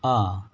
ఆ